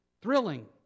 thrilling